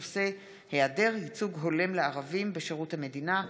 מנסור עבאס בנושא: היעדר ייצוג הולם לערבים בשירות המדינה.